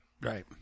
Right